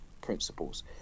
principles